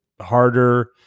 harder